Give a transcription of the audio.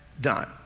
done